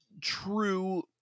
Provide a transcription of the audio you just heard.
true